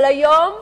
אבל היום,